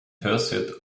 pursuit